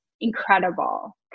incredible